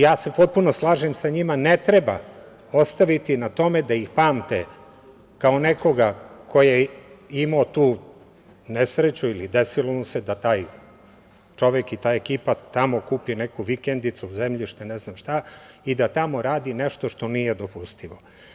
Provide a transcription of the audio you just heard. Ja se potpuno slažem sa njima da ne treba ostaviti na tome da ih pamte kao nekoga ko je imao tu nesreću ili desilo mu se da taj čovek i da ta ekipa tamo kupi neku vikendicu, zemljište, ne znam šta, i da tamo radi nešto što nije dopustivo.